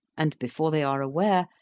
and, before they are aware,